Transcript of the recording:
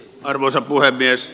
arvoisa puhemies